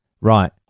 Right